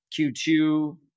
Q2